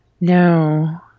No